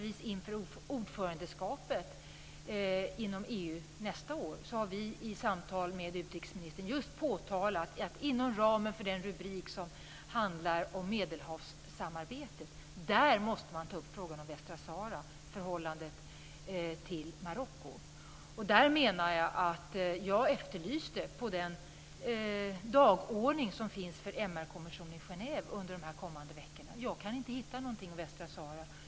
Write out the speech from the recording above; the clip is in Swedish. Inför ordförandeskapet i EU nästa år har vi i samtal med utrikesministern påtalat att man inom ramen för den rubrik som handlar om Medelhavssamarbetet måste ta upp frågan om Västsahara och förhållandet till Marocko. Jag har efterlyst detta på den dagordning som finns för MR-kommissionen i Genève under de kommande veckorna. Jag kan inte hitta någonting om Västsahara där.